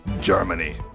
Germany